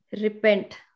repent